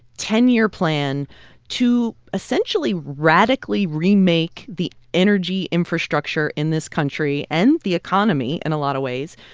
ten year plan to essentially radically remake the energy infrastructure in this country and the economy, in a lot of ways,